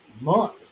month